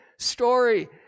Story